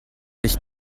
ich